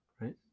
right